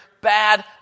bad